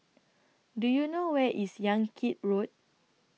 Do YOU know Where IS Yan Kit Road